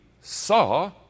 saw